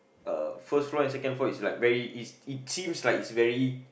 uh first floor and second floor is like very its it seems like it's very